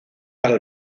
para